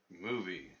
movie